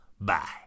Bye